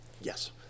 Yes